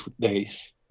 days